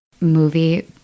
movie